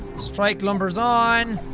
strike lumbers on.